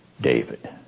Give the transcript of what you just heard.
David